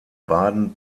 baden